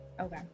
Okay